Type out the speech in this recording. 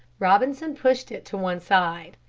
robinson pushed it to one side.